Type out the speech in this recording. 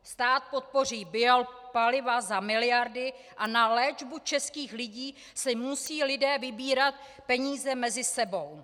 Stát podpoří biopaliva za miliardy a na léčbu českých lidí si musí lidé vybírat peníze mezi sebou.